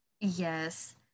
yes